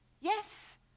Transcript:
Yes